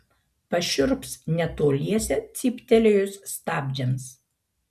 pašiurps netoliese cyptelėjus stabdžiams